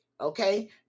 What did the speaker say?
okay